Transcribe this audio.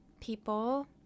people